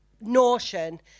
notion